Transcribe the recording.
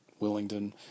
Willingdon